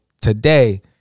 today